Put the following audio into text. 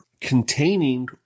containing